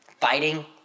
Fighting